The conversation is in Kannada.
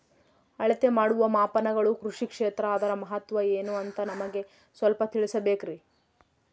ಅಳತೆ ಮಾಡುವ ಮಾಪನಗಳು ಕೃಷಿ ಕ್ಷೇತ್ರ ಅದರ ಮಹತ್ವ ಏನು ಅಂತ ನಮಗೆ ಸ್ವಲ್ಪ ತಿಳಿಸಬೇಕ್ರಿ?